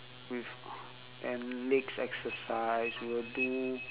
with and legs exercise we will do